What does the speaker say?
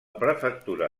prefectura